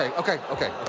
ah okay, okay.